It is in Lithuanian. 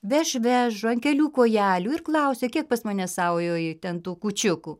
veš veš ant kelių kojelių ir klausia kiek pas mane saujoj ten tų kūčiukų